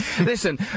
Listen